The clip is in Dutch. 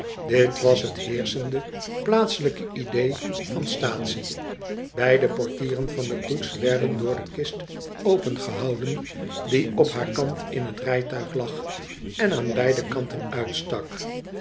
dit was t heerschende plaatselijke idee van staatsie beide portieren van de koets werden door de kist opengehouden die op haar kant in t rytuig lag en aan beide kanten uitstak